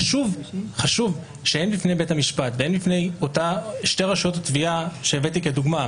לכן חשוב שהן בפני בית המשפט והן בפני שתי רשויות התביעה במקרה הזה,